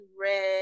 red